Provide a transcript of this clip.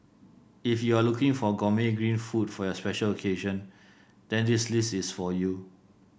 if you are looking for gourmet green food for your special occasion then this list is for you